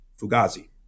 fugazi